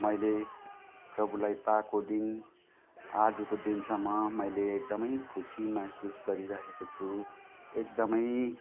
मैले प्रभुलाई पाएको दिन आजको दिनसम्म मैले एकदमै खुसी महसुस गरिरहेको छु एकदमै